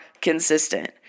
consistent